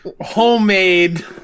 homemade